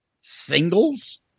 singles